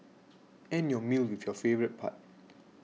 end your meal with your favourite part